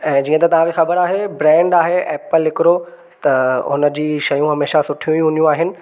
ऐं जीअं त तव्हां खे ख़बरु आहे ब्रैंड आहे एप्पल हिकिड़ो त उन जी शयूं हमेशा सुठियूं ई हूंदियूं आहिनि